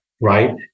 right